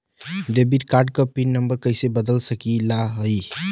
Debit card क PIN number कइसे बदल सकत हई?